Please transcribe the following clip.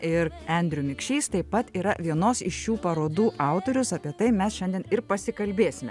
ir andrew mikšys taip pat yra vienos iš šių parodų autorius apie tai mes šiandien ir pasikalbėsime